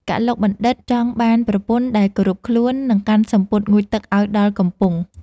កឡុកបណ្ឌិត្យ ចង់បានប្រពន្ធដែលគោរពខ្លួន និងកាន់សំពត់ងូតទឹកឱ្យដល់កំពង់ ។